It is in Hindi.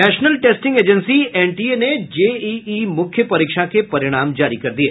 नेशनल टेस्टिंग एजेंसी एनटीए ने जेईई मुख्य परीक्षा के परिणाम जारी कर दिये